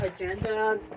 agenda